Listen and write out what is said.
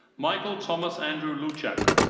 michael thomas andrew luchak.